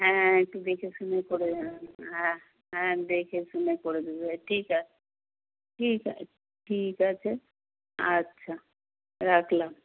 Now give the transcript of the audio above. হ্যাঁ একটু দেখে শুনে করে হ্যাঁ হ্যাঁ দেখে শুনে করে দেবে ঠিক আছে ঠিক আছে ঠিক আছে আচ্ছা রাখলাম